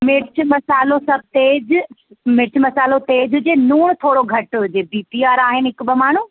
मिर्च मसाल्हो सभु तेज मिर्च मसाल्हो तेज हुजे लूणु थोरो घटि हुजे बी पी वारा आहिनि हिकु ॿ माण्हू